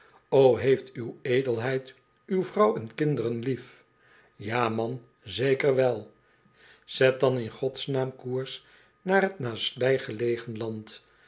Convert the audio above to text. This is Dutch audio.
heeft uw edelheid uw vrouw en kinderen lief ja man wel zeker zet dan in godsnaam koers naar t naastbijgelegen land